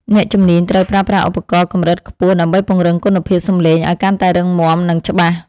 អ្នកជំនាញត្រូវប្រើប្រាស់ឧបករណ៍កម្រិតខ្ពស់ដើម្បីពង្រឹងគុណភាពសំឡេងឱ្យកាន់តែរឹងមាំ និង ច្បាស់។